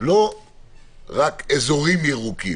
לא רק אזורים ירוקים,